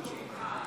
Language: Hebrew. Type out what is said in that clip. מכובדי